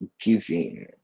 giving